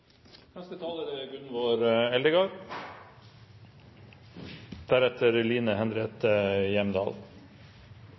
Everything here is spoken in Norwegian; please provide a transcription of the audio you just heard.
Neste taler er